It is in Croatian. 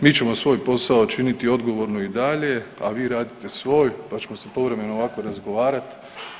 Mi ćemo svoj posao činiti odgovorno i dalje, a vi radite svoj pa ćemo se povremeno ovako razgovarati.